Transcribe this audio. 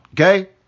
okay